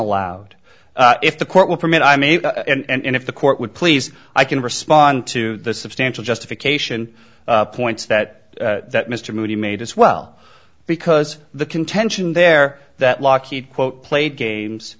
allowed if the court would permit i mean and if the court would please i can respond to the substantial justification points that that mr moody made as well because the contention there that lockheed quote played games